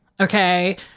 okay